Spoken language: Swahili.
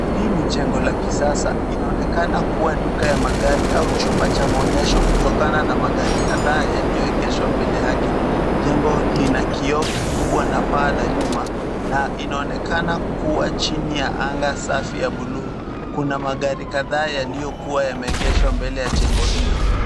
Hii ni jengo la kisasa. Inaonekana kuwa duka ya magari au chumba cha maonyesho kutokana na magari kadhaa yaliyoegeshwa mbele yake. Jengo lina kioo kikubwa na paa la nyuma na inaonekana kuwa chini ya anga safi ya buluu. Kuna magari kadhaa yaliyokuwa yameegeshwa mbele ya jengo hilo.